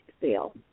sale